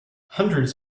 hundreds